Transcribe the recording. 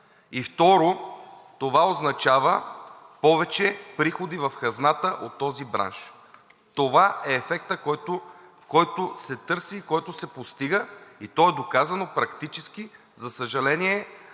И второ, това означава повече приходи в хазната от този бранш. Това е ефектът, който се търси и който се постига, и той е доказано практически, за съжаление,